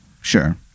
Sure